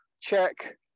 check